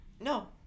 No